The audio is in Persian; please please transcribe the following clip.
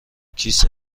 کیسه